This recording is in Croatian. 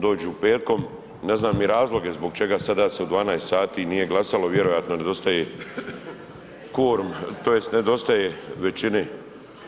Dođu petkom, ne znam ni razloge zbog čega sada se u 12 nije glasalo, vjerojatno nedostaje kvorum, tj. nedostaje većine